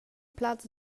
plaz